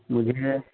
مجھے